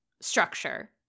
structure